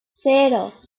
cero